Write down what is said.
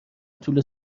طول